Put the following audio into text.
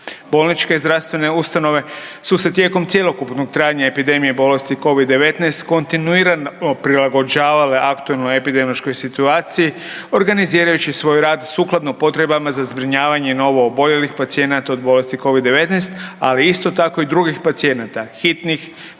Bolničke i zdravstvene ustanove su se tijekom cjelokupnog trajanja epidemije bolesti Covid-19 kontinuirano prilagođavale aktualnoj epidemiološkoj situaciji organizirajući svoj rad sukladno potrebama za zbrinjavanje novooboljelih pacijenata od bolesti Covid-19, ali isto tako i drugih pacijenata, hitnih,